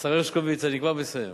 השר הרשקוביץ, אני כבר מסיים.